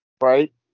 Right